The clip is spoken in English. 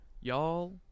y'all